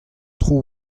tro